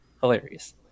Hilarious